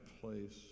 place